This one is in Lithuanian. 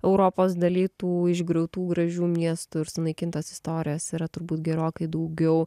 europos daly tų išgriautų gražių miestų ir sunaikintos istorijos yra turbūt gerokai daugiau